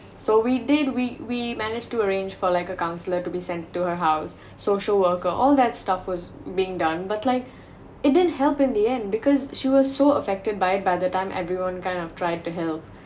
so we did we we managed to arrange for like a counselor to be sent to her house social work or all that stuff was being done but like it didn't help in the end because she was so affected by by the time everyone kind of tried to help